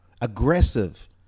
aggressive